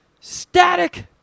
static